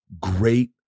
great